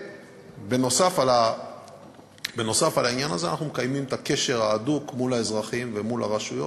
נוסף על העניין הזה אנחנו מקיימים קשר הדוק מול האזרחים ומול הרשויות,